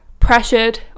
pressured